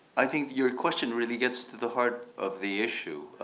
i think your question really gets to the heart of the issue.